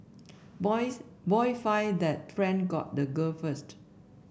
boys boy find that friend got the girl first